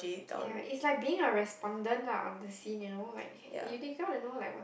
ya it's like being a respondent lah on the scene you know like you they got to know like what